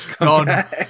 no